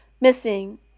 missing